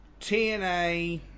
TNA